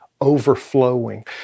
overflowing